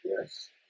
yes